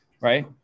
right